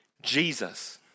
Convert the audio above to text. Jesus